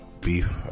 Beef